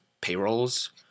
payrolls